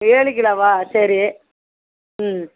ஏழு கிலோவா சரி ம்